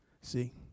See